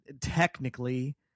technically